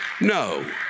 No